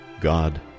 God